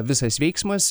visas veiksmas